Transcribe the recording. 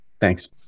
Thanks